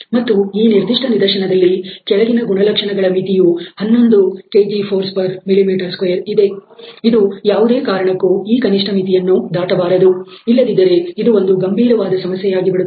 ಮತ್ತು ಈ ನಿರ್ದಿಷ್ಟ ನಿದರ್ಶನದಲ್ಲಿ ಕೆಳಗಿನ ಗುಣಲಕ್ಷಣಗಳ ಮಿತಿಯು 11 kgfmm2 ಇದೆ ಇದು ಯಾವುದೇ ಕಾರಣಕ್ಕೂ ಈ ಕನಿಷ್ಠ ಮಿತಿಯನ್ನು ದಾಟಬಾರದು ಇಲ್ಲದಿದ್ದರೆ ಇದು ಒಂದು ಗಂಭೀರವಾದ ಸಮಸ್ಯೆಯಾಗಿ ಬಿಡುತ್ತದೆ